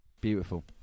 Beautiful